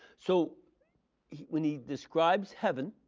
so when he describes heaven,